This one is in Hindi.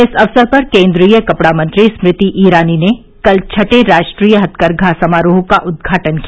इस अवसर पर केन्द्रीय कपड़ा मंत्री स्मृति ईरानी ने कल छठे राष्ट्रीय हथकरघा समारोह का उद्घाटन किया